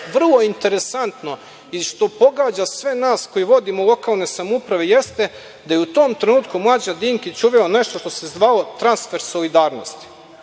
vrlo interesantno i što pogađa sve nas koji vodimo lokalne samouprave jeste da je u tom trenutku Mlađan Dinkić uveo nešto što se zvalo transfer solidarnosti.